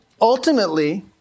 ultimately